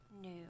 new